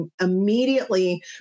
immediately